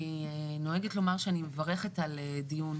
אני נוהגת לומר שאני מברכת על דיון.